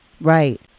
Right